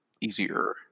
Easier